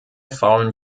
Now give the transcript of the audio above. faulen